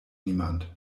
niemand